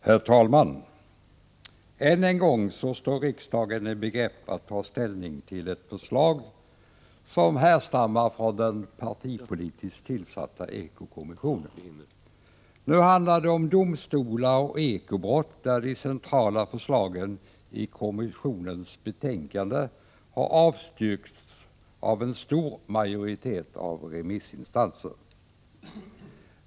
Herr talman! Än en gång står riksdagen i begrepp att ta ställning till ett förslag som härstammar från den partipolitiskt tillsatta ekokommissionen. Nu handlar det om domstolar och ekobrott, där de centrala förslagen i kommissionens betänkande har avstyrkts av en stor majoritet av remissinstanserna.